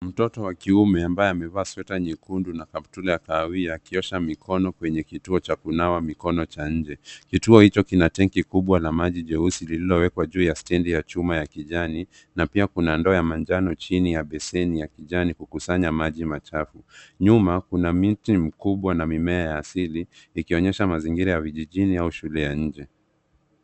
Mtoto wa kiume ambaye amevaa sweta nyekundu na kaptura ya kahawia akiosha mikono kwenye kituo cha kunawa mikono cha nje. Kituo hicho kina tenki kubwa la maji jeusi lililowekwa juu ya stendi ya chuma ya kijani na pia kuna ndoo ya manjano chini ya beseni ya kijani kukusanya maji machafu. Nyuma kuna miti mikubwa na mimea ya asili ikionyesha mazingira ya vijijini au shule ya nje.